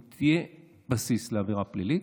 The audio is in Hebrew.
אם יהיה בסיס לעבירה פלילית,